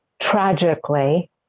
Tragically